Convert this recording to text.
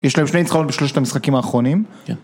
יש להם שני ניצחונות בשלושת המשחקים האחרונים.